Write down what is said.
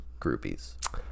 groupies